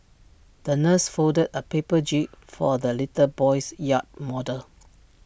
the nurse folded A paper jib for the little boy's yacht model